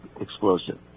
explosive